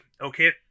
Okay